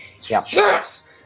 Yes